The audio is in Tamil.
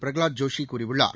பிரகலாத் ஜோஷி கூறியுள்ளார்